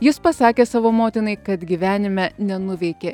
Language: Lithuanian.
jis pasakė savo motinai kad gyvenime nenuveikė